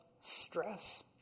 stress